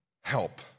help